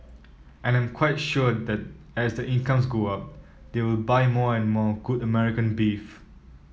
and I am quite sure that as their incomes go up they will buy more and more good American beef